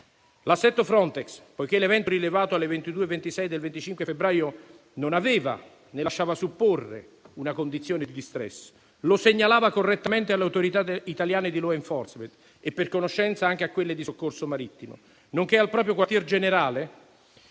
L'assetto Frontex, poiché l'evento rilevato alle 22,26 del 25 febbraio non aveva né lasciava supporre una condizione di *distress*, lo segnalava correttamente alle autorità italiane di *law enforcement* e, per conoscenza, anche a quelle di soccorso marittimo, nonché al proprio quartier generale,